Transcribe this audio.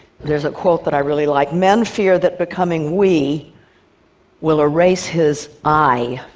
there's a quote that i really like, men fear that becoming we will erase his i.